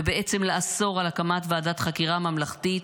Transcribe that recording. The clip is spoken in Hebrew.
ובעצם לאסור הקמת ועדת חקירה ממלכתית,